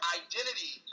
identity